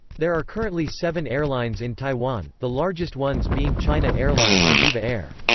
there are currently seven airlines in taiwan, the largest ones being china airlines and eva air.